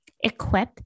equip